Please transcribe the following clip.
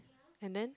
and then